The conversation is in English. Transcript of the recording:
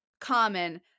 Common